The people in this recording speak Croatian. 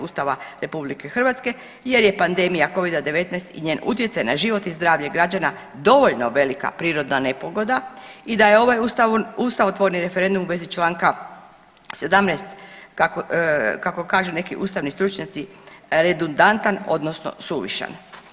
Ustava RH jer je pandemija covida-19 i njen utjecaj na život i zdravlje građana dovoljno velika prirodna nepogoda i da je ovaj ustavotvorni referendum u vezi članka 17. kako kažu neki ustavni stručnjaci redundantan, odnosno suvišan.